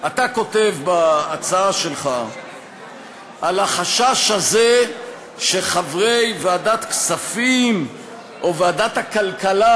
אתה כותב בהצעה שלך על החשש הזה שחברי ועדת הכספים או ועדת הכלכלה,